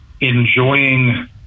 enjoying